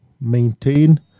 maintain